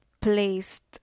placed